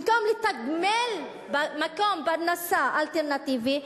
במקום לתגמל מקור פרנסה אלטרנטיבי,